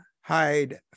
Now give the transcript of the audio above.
hide